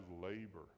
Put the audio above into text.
labor